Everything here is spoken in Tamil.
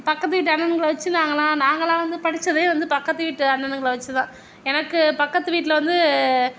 பக்கத்து வீட்டு அண்ணங்களை வச்சு நாங்களாம் நாங்களாம் வந்து படிச்சதே வந்து பக்கத்து வீட்டு அண்ணனுங்களை வச்சுதான் எனக்கு பக்கத்து வீட்டில் வந்து